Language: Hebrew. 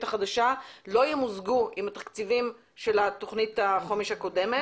החדשה לא ימוזגו עם התקציבים של תוכנית החומש הקודמת.